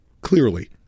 clearly